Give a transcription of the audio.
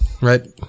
Right